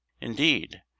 Indeed